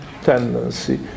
tendency